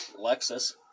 Lexus